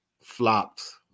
flopped